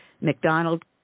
McDonald